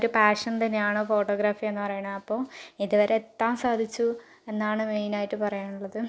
ഒരു പാഷൻ തന്നെയാണ് ഫോട്ടോഗ്രാഫി എന്ന് പറയണത് അപ്പോൾ ഇതുവരെ എത്താൻ സാധിച്ചു എന്നാണ് മെയിനായിട്ട് പറയാൻ ഉള്ളത്